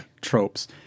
tropes